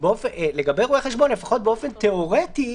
שזו הזירה שבה מתנהלים הליכים.